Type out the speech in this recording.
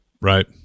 Right